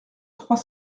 trois